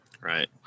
Right